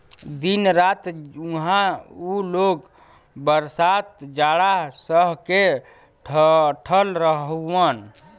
दिन रात उहां उ लोग बरसात जाड़ा सह के डटल हउवन